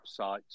websites